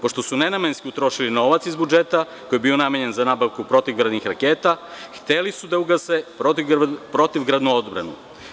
Pošto su nenamenski utrošili novac iz budžeta, koji je bio namenjen za nabavku protivgradnih raketa, hteli su da ugase protivgradnu odbranu.